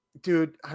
Dude